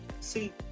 see